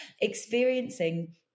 Experiencing